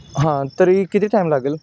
हां तरी किती टाईम लागेल